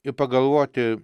ir pagalvoti